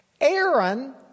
Aaron